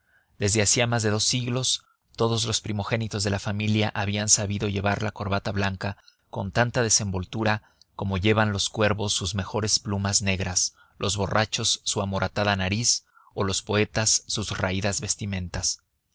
desde hacía más de dos siglos todos los primogénitos de la familia habían sabido llevar la corbata blanca con tanta desenvoltura como llevan los cuervos sus mejores plumas negras los borrachos su amoratada nariz o los poetas sus raídas vestimentas